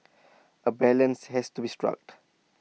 A balance has to be struck